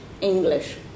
English